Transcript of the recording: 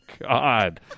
God